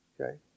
Okay